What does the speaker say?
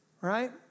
right